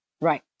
Right